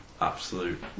Absolute